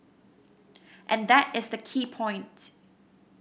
and that is a key point